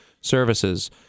services